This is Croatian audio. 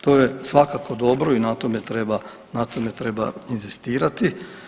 To je svakako dobro i na tome treba inzistirati.